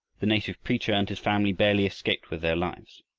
the native preacher and his family barely escaped with their lives.